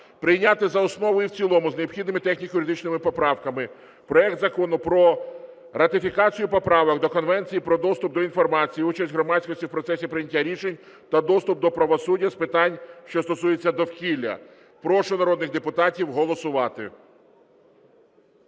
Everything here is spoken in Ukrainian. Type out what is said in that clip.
прийняти за основу і в цілому з необхідними техніко-юридичними поправками. Проект Закону про ратифікацію Поправок до Конвенції про доступ до інформації, участь громадськості в процесі прийняття рішень та доступ до правосуддя з питань, що стосуються довкілля. Прошу народних депутатів голосувати.